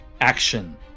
action